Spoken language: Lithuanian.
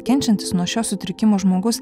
kenčiantis nuo šio sutrikimo žmogus